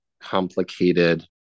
complicated